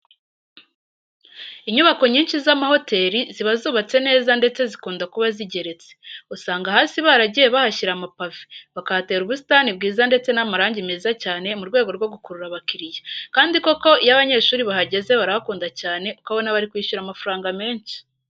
Inyubako nyinshi z'amahoteri ziba zubatse neza ndetse zikunda kuba zigeretse. Usanga hasi baragiye bahashyira amapave, bakahatera ubusitani bwiza ndetse n'amarangi meza cyane mu rwego rwo gukurura abakiriya, kandi koko iyo abanyeshuri bahageze barahakunda cyane ukabona bari kwishyura amafaranga menshi.